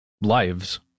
lives